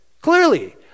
Clearly